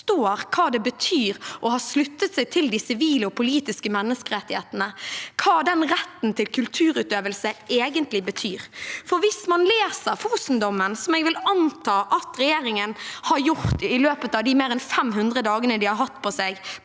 forstår hva det betyr å ha sluttet seg til de sivile og politiske menneskerettighetene, hva den retten til kulturutøvelse egentlig betyr. Hvis man leser Fosen-dommen, som jeg vil anta at regjeringen har gjort i løpet av de mer enn 500 dagene de har hatt på seg